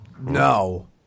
No